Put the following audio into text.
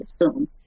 assume